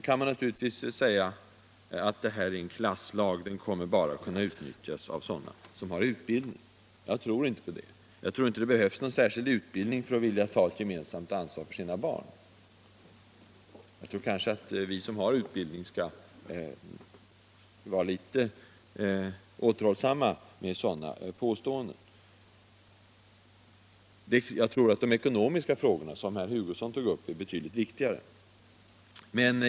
Inger Lindquist säger att detta är en klasslag, som bara kan utnyttjas av sådana som har utbildning. Jag tror inte det. Det behövs inte någon särskild utbildning för att vilja ta ett gemensamt ansvar för sina barn. Vi som har utbildning bör kanske vara litet återhållsamma med sådana påståenden. Jag tror att de ekonomiska frågorna, som herr Hugosson tog upp, är betydligt viktigare.